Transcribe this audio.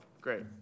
great